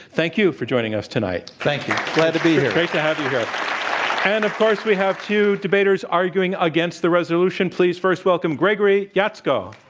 thank you for joining us tonight. thank you. glad to be here. great to have you here. and of course, we have two debaters arguing against the resolution. please first welcome gregory jaczko.